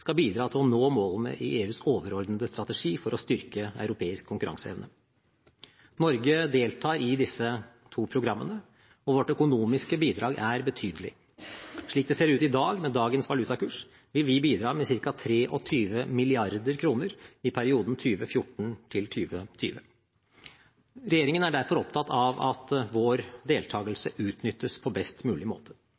skal bidra til å nå målene i EUs overordnede strategi for å styrke europeisk konkurranseevne. Norge deltar i disse to programmene, og vårt økonomiske bidrag er betydelig: Slik det ser ut i dag, med dagens valutakurs, vil vi bidra med ca. 23 mrd. kr i perioden 2014–2020. Regjeringen er derfor opptatt av at vår deltakelse